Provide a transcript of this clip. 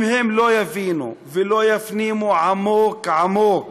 אם הם לא יבינו ולא יפנימו עמוק-עמוק